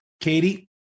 Katie